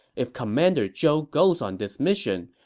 if commander zhou goes on this mission,